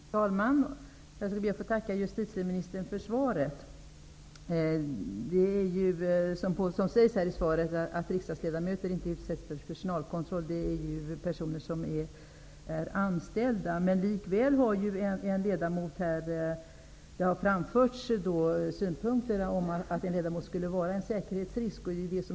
Fru talman! Jag tackar justitieministern för svaret. Som sägs i svaret utsätts inte riksdagsledamöter för personalkontroll, utan det gäller personer som är anställda. Det har framförts synpunkter på att en ledamot skulle vara en säkerhetsrisk.